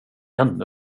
ännu